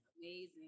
Amazing